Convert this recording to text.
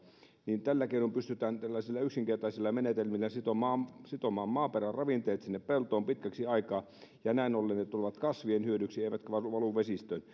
niin näillä keinoin pystytään tällaisilla yksinkertaisilla menetelmillä sitomaan sitomaan maaperän ravinteet sinne peltoon pitkäksi aikaa ja näin ollen ne tulevat kasvien hyödyksi eivätkä valu vesistöön